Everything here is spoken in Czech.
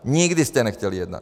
Nikdy jste nechtěli jednat.